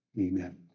Amen